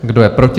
Kdo je proti?